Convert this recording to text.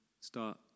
start